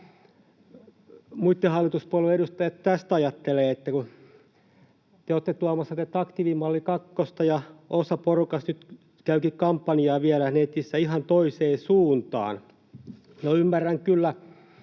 muiden hallituspuolueiden edustajat tästä ajattelevat, kun te olette tuomassa tätä aktiivimalli kakkosta ja osa porukasta nyt käykin vielä kampanjaa netissä ihan toiseen suuntaan? No, ymmärrän kyllä